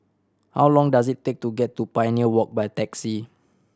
how long does it take to get to Pioneer Walk by taxi